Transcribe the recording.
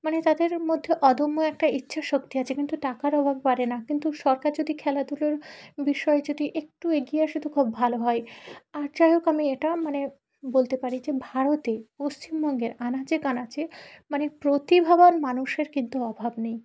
মানে তাদের মধ্যে অদম্য একটা ইচ্ছাশক্তি আছে কিন্তু টাকার অভাবে পারে না কিন্তু সরকার যদি খেলাধুলোর বিষয়ে যদি একটু এগিয়ে আসে তো খুব ভালো হয় আর যাই হোক আমি এটা মানে বলতে পারি যে ভারতে পশ্চিমবঙ্গের আনাচে কানাচে মানে প্রতিভাবান মানুষের কিন্তু অভাব নেই